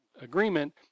agreement